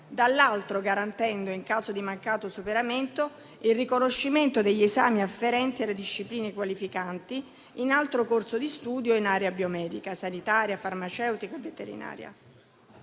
dall'altro garantendo, in caso di mancato superamento, il riconoscimento degli esami afferenti alle discipline qualificanti in altro corso di studio in area biomedica, sanitaria, farmaceutica o veterinaria.